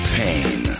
pain